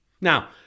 Now